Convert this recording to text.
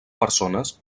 persones